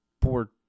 poor